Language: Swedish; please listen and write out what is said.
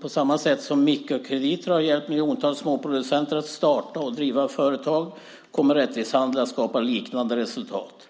På samma sätt som mikrokrediter har hjälpt miljontals småproducenter att starta och driva företag kommer rättvis handel att skapa liknande resultat.